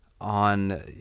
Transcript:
on